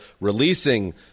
releasing